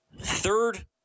third